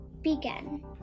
Begin